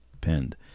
Pinned